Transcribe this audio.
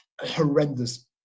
horrendous